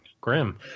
grim